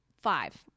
five